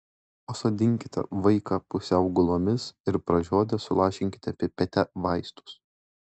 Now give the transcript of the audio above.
pasodinkite vaiką pusiau gulomis ir pražiodę sulašinkite pipete vaistus